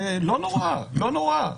ולא נורא, לא נורא.